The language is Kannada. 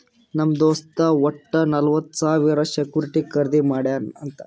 ನಮ್ ದೋಸ್ತ್ ವಟ್ಟ ನಲ್ವತ್ ಸಾವಿರ ಸೆಕ್ಯೂರಿಟಿ ಖರ್ದಿ ಮಾಡ್ಯಾನ್ ಅಂತ್